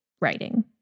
writing